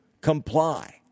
comply